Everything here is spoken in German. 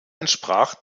entsprach